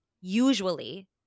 Usually